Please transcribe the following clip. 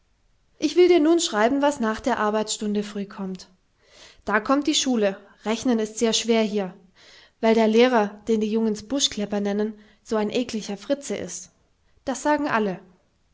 ich will dir nun schreiben was nach der arbeitsstunde frih kommt da kommt die schule rechnen ist sehr schwer hier weil der lehrer den die jungens buschklepper nennen so ein eklicher fritze ist das sagen alle